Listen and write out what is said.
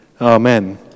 Amen